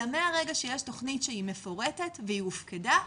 אלא מהרגע שיש תכנית שהיא מפורטת ושהיא הופקדה,